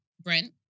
Brent